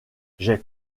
j’ai